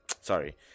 Sorry